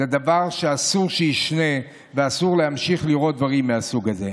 זה דבר שאסור שיישנה ואסור להמשיך לראות דברים מהסוג הזה.